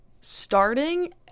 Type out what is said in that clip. Starting